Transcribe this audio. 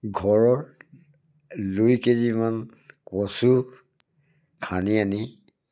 ঘৰৰ দুই কেজিমান কচু খান্দি আনি